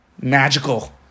magical